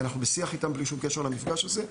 אנחנו בשיח איתם בלי שום קשר למפגש הזה.